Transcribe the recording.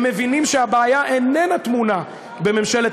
הם מבינים שהבעיה איננה טמונה בממשלת